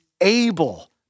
able